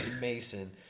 Mason